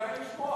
כדאי לשמוע.